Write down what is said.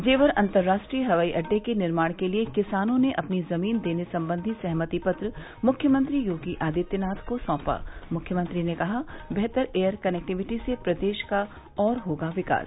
जेवर अतंराष्ट्रीय हवाई अड्डे के निर्माण के लिये किसानों ने अपनी जमीन देने संबंधी सहमति पत्र मुख्यमंत्री योगी आदित्यनाथ को सौंपा मुख्यमंत्री ने कहा बेहतर एयर कनेक्टिविटी से प्रदेश का और होगा विकास